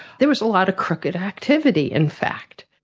there was a lot of crooked activity in fact.